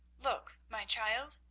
look, my child,